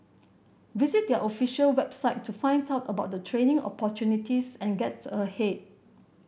visit their official website to find out about the training opportunities and get ahead